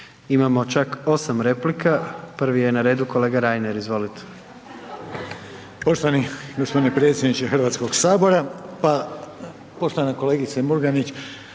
Imamo čak 8 replika. Prvi je na redu kolega Reiner, izvolite.